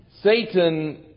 Satan